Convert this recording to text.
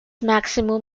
maximum